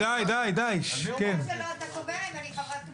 אני חברת כנסת.